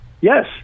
Yes